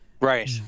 right